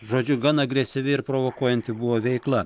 žodžiu gan agresyvi ir provokuojanti buvo veikla